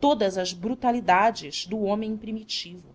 todas as brutalidades do homem primitivo